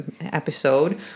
episode